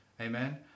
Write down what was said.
Amen